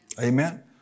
Amen